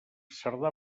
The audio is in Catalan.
cerdà